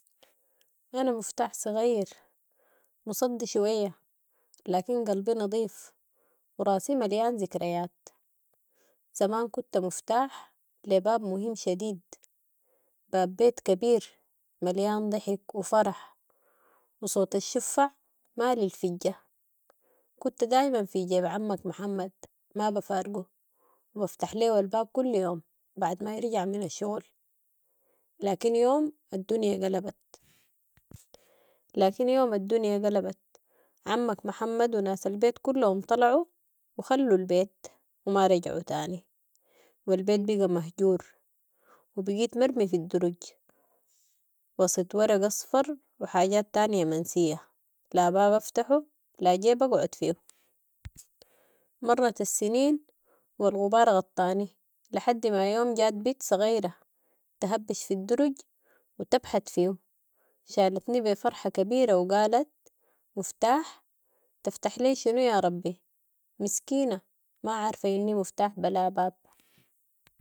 أنا مفتاح صغير مصدي شوية، لكن قلبي نضيف وراسي مليان ذكريات، زمان كنت مفتاح لباب مهم شديد باب بيت كبير مليان ضحك وفرح وصوت الشفع مالي الفجة. كنت دايما في جيب عمك محمد ما بفارقو و افتح ليهو الباب كل يوم بعد ما يرجع من الشغل، لكن يوم الدنيا قلبت لكن يوم الدنيا قلبت، عمك محمد وناس البيت كلهم طلعوا وخلوا البيت وما رجعوا تاني والبيت بيقى مهجور وبقيت مرمي في الدرج وسط ورق اصفر وحاجات تانية منسية لا باب أفتحو لا جيب أقعد فيهو مرت السنين والغبار غطاني لحد ما يوم جات بيت صغيرة تهبش في الدرج وتبحت فيهو، شالتني بفرحة كبيرة وقالت مفتاح تفتح لي شنو يا ربي مسكينة ما عارفة اني مفتاح بلا باب.